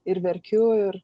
ir verkiu ir